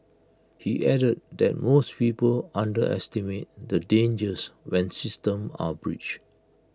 he added that most people underestimate the dangers when systems are breached